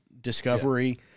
Discovery